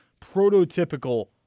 prototypical